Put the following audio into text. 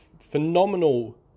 phenomenal